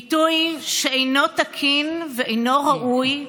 עיתוי שאינו תקין ואינו ראוי,